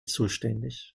zuständig